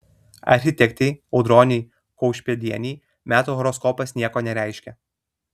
architektei audronei kaušpėdienei metų horoskopas nieko nereiškia